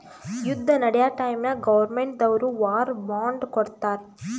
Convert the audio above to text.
ಯುದ್ದ ನಡ್ಯಾ ಟೈಮ್ನಾಗ್ ಗೌರ್ಮೆಂಟ್ ದವ್ರು ವಾರ್ ಬಾಂಡ್ ಕೊಡ್ತಾರ್